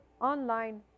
online